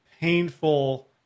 painful